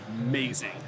amazing